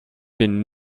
been